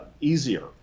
easier